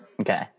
okay